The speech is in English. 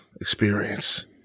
experience